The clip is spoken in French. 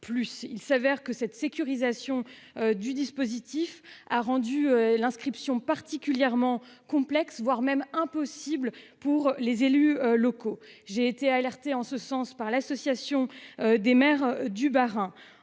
il s'avère que cette sécurisation du dispositif a rendu l'inscription particulièrement complexe, voire même impossible pour les élus locaux. J'ai été alerté en ce sens par l'association des maires du Bas-Rhin